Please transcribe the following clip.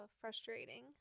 frustrating